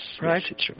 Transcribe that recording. right